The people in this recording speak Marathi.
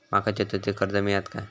माका चतुर्थीक कर्ज मेळात काय?